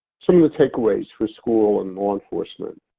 some of the takeaways for school and law enforcement.